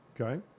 okay